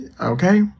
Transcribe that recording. okay